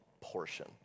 portion